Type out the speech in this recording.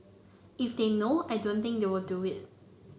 if they know I don't think they will do it